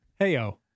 Heyo